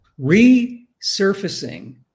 resurfacing